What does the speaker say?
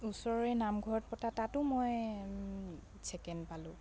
ওচৰৰে নামঘৰত পতা তাতো মই ছেকেণ্ড পালোঁ